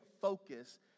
focus